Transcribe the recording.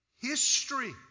history